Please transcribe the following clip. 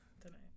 tonight